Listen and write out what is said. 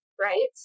right